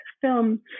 film